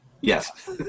Yes